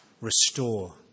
restore